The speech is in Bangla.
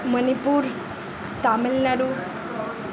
মণিপুর তামিলনাড়ু